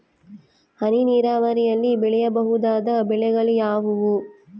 ಹನಿ ನೇರಾವರಿಯಲ್ಲಿ ಬೆಳೆಯಬಹುದಾದ ಬೆಳೆಗಳು ಯಾವುವು?